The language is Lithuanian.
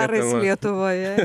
ar lietuvoje